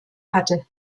hatte